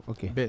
Okay